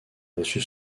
reçu